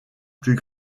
plus